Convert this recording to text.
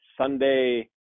Sunday